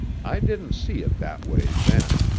i didn't see it that way then.